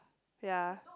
ya